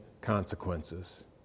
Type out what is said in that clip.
consequences